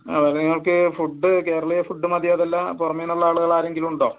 അഹ് നിങ്ങൾക്ക് ഫുഡ്ഡ് കേരളീയ ഫുഡ്ഡ് മതിയോ അതല്ലാതെ പുറമേ നിന്നുള്ള ആളുകളാരെങ്കിലുമുണ്ടോ